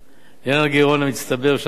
לעניין הגירעון המצטבר בשנת 2012,